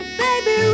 baby